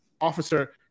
officer